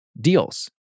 deals